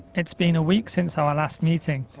it's been a week since our last meeting.